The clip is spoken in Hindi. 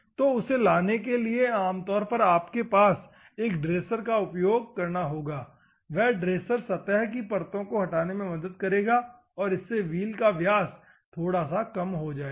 तो उसे लाने के लिए आम तौर पर आपके पास एक ड्रेसर का उपयोग करना होगा वह ड्रेसर सतह की परतों को हटाने में मदद करेगा और इससे व्हील का व्यास थोड़ा कम हो जाएगा